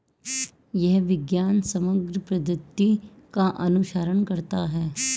यह विज्ञान समग्र पद्धति का अनुसरण करता है